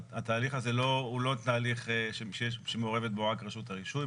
התהליך הזה הוא תהליך שלא מעורבת בו רק רשות הרישוי,